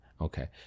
okay